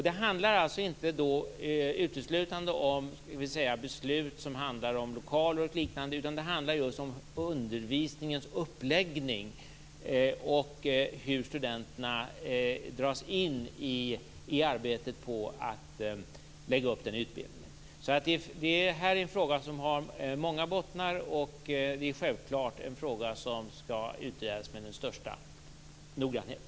Det handlar då inte uteslutande om beslut som rör lokaler och liknande, utan det handlar just om undervisningens uppläggning och hur studenterna dras in i arbetet på att lägga upp utbildningen. Det här är en fråga som har många bottnar. Det är självklart en fråga som skall utredas med största noggrannhet.